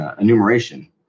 enumeration